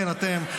כן, אתם.